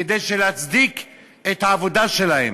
כדי להצדיק את העבודה שלהם.